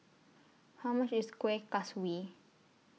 How much IS Kueh Kaswi